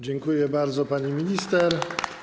Dziękuję bardzo, pani minister.